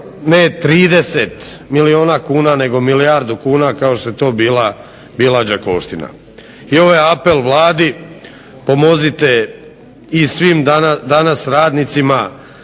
ne 30 milijuna kuna nego milijardu kuna kao što je to bila "Đakovština". I ovo je apel Vladi, pomozite i svim danas radnicima